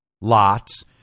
lots